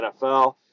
NFL